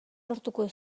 lortuko